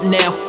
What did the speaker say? now